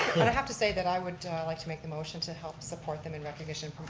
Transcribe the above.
but i have to say that i would like to make a motion to help support them, and recognition,